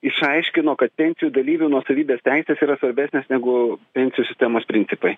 išaiškino kad pensijų dalyvių nuosavybės teisės yra svarbesnės negu pensijų sistemos principai